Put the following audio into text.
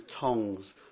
tongs